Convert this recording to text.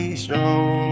strong